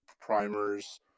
primers